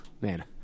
Man